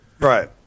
right